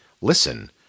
Listen